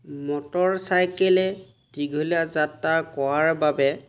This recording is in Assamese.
মটৰ চাইকেলে দীঘলীয়া যাত্ৰা কৰাৰ বাবে